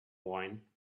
wine